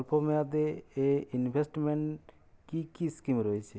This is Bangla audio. স্বল্পমেয়াদে এ ইনভেস্টমেন্ট কি কী স্কীম রয়েছে?